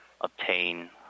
obtain